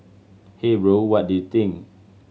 hey bro what do you think